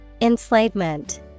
Enslavement